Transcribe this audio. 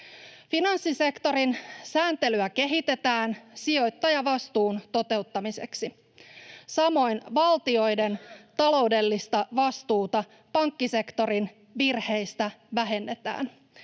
Finanssisektorin sääntelyä kehitetään sijoittajavastuun toteuttamiseksi. Samoin valtioiden taloudellista vastuuta pankkisektorin virheistä vähennetään.